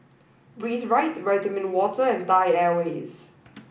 breathe Right Vitamin Water and Thai Airways